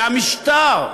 והמשטר,